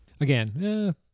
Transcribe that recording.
Again